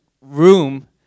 room